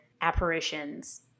apparitions